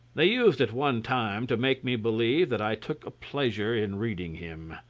they used at one time to make me believe that i took a pleasure in reading him.